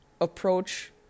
approach